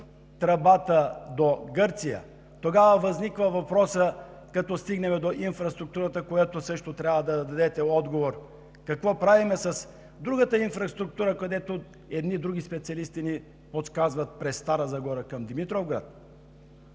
тръбата до Гърция, тогава възниква въпросът, като стигнем до инфраструктурата, за която също трябва да дадете отговор: какво правим с другата инфраструктура, където едни други специалисти ни подсказват – през Стара Загора към Димитровград?